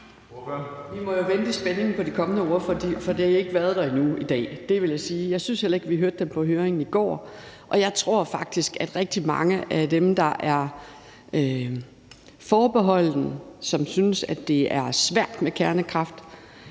Vi må jo vente i spænding på de kommende ordførere, for de har ikke været der endnu i dag. Det vil jeg sige. Jeg synes heller ikke, at vi hørte dem på høringen i går. Jeg tror faktisk, at rigtig mange af dem, der er forbeholdne, som synes, det er svært med kernekraft,